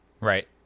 Right